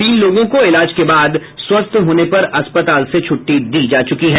तीन लोगों को इलाज के बाद स्वस्थ्य होने पर अस्पताल से छूट्टी दी जा च्रकी है